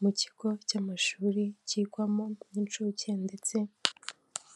Mu kigo cy'amashuri kigwamo n'inshuke ndetse